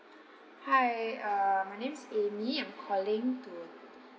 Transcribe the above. hi uh my name is amy I'm calling to